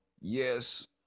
Yes